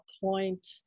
point